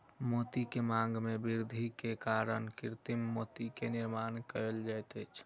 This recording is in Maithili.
मोती के मांग में वृद्धि के कारण कृत्रिम मोती के निर्माण कयल जाइत अछि